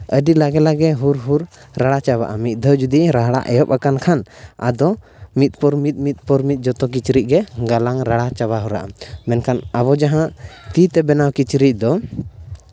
ᱟᱹᱰᱤ ᱞᱟᱜᱮ ᱞᱟᱜᱮ ᱦᱩᱲ ᱦᱩᱲ ᱨᱟᱲᱟ ᱪᱟᱵᱟᱜᱼᱟ ᱢᱤᱫ ᱫᱷᱟᱣ ᱡᱩᱫᱤ ᱨᱟᱲᱟ ᱮᱦᱚᱵ ᱟᱠᱟᱱ ᱠᱷᱟᱱ ᱟᱫᱚ ᱢᱤᱫ ᱯᱚᱨ ᱢᱤᱫ ᱢᱤᱫ ᱯᱚᱨ ᱢᱤᱫ ᱡᱚᱛᱚ ᱠᱤᱪᱨᱤᱡ ᱜᱮ ᱜᱟᱞᱟᱝ ᱨᱟᱲᱟ ᱪᱟᱵᱟ ᱦᱚᱨᱟᱜᱼᱟ ᱢᱮᱱᱠᱷᱟᱱ ᱟᱵᱚ ᱡᱟᱦᱟᱸ ᱛᱤᱛᱮ ᱵᱮᱱᱟᱣ ᱠᱤᱪᱨᱤᱡ ᱫᱚ